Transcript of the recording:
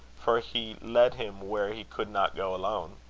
for he led him where he could not go alone.